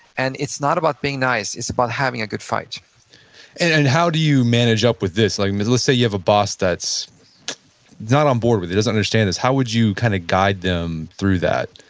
and it's not about being nice, it's about having a good fight and how do you manage up with this? like let's say you have a boss that's not on board with this, doesn't understand this, how would you kind of guide them through that?